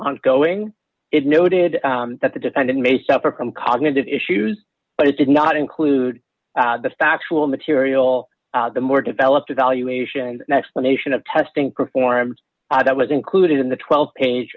ongoing it noted that the defendant may suffer from cognitive issues but it did not include the factual material the more developed evaluation an explanation of testing performed that was included in the twelve page